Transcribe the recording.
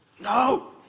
No